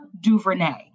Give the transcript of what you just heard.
DuVernay